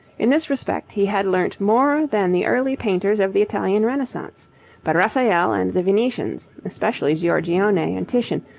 in this respect he had learnt more than the early painters of the italian renaissance but raphael and the venetians, especially giorgione and titian,